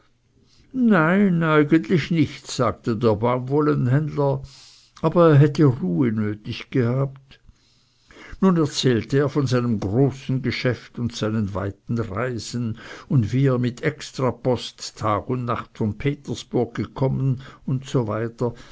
nein eigentlich nicht sagte der baumwollenhändler aber er hätte ruhe nötig gehabt nun erzählte er von seinem großen geschäft und seinen weiten reisen und wie er mit extrapost tag und nacht von petersburg gekommen usw